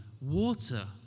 water